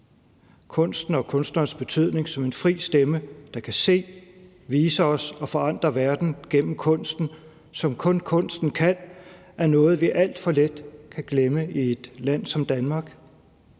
Kunsten og kunstnernes betydning som en fri stemme, der kan se, vise os og forandre verden gennem kunsten, som kun kunsten kan, er noget, vi alt for let kan glemme i et land som Danmark,